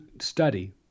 study